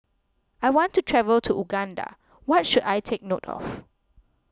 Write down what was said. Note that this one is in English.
I want to travel to Uganda what should I take note of